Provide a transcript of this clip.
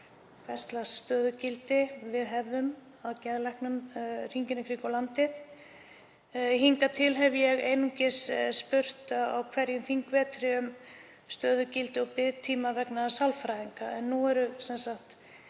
hvers lags stöðugildi við hefðum af geðlæknum hringinn í kringum landið. Hingað til hef ég einungis spurt á hverjum þingvetri um stöðugildi og biðtíma vegna sálfræðinga en nú bæti ég